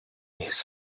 his